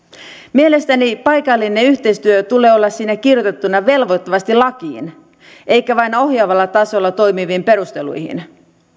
mielestäni paikallinen yhteistyö tulee olla siinä kirjoitettuna velvoittavasti lakiin eikä vain ohjaavalla tasolla toimiviin perusteluihin